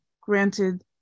Granted